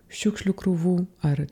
šiukšlių krūvų ar